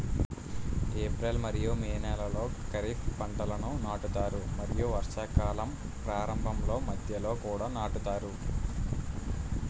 April మరియు May నెలలో ఖరీఫ్ పంటలను నాటుతారు మరియు వర్షాకాలం ప్రారంభంలో మధ్యలో కూడా నాటుతారు